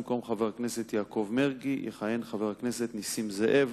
במקום חבר הכנסת יעקב מרגי יכהן חבר הכנסת נסים זאב.